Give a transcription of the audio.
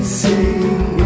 sing